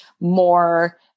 more